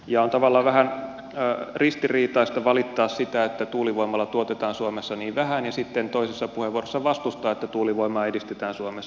ja on tavallaan vähän ristiriitaista valittaa sitä että tuulivoimalla tuotetaan suomessa niin vähän ja sitten toisessa puheenvuorossa vastustaa sitä että tuulivoimaa edistetään suomessa